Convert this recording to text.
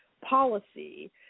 policy